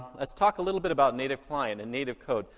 let's talk a little bit about native client and native code.